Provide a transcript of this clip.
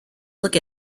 look